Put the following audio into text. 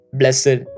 blessed